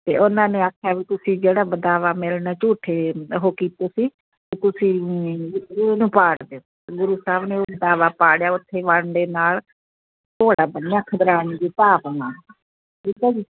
ਅਤੇ ਉਹਨਾਂ ਨੇ ਆਖਿਆ ਵੀ ਤੁਸੀਂ ਜਿਹੜਾ ਬੇਦਾਵਾ ਮੇਰੇ ਨਾਲ ਝੂਠੇ ਉਹ ਕੀਤੇ ਸੀ ਤੁਸੀਂ ਇਹਨੂੰ ਪਾੜ ਦਿਓ ਗੁਰੂ ਸਾਹਿਬ ਨੇ ਉਹ ਬੇਦਾਵਾ ਪਾੜਿਆ ਉੱਥੇ ਵਣ ਦੇ ਨਾਲ ਘੋੜਾ ਬੰਨਿਆ ਖਿਦਰਾਣੇ ਦੀ ਢਾਬ ਨਾਲ ਠੀਕ ਆ ਜੀ